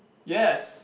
yes